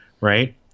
right